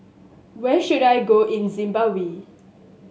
where should I go in Zimbabwe